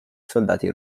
soldati